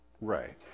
Ray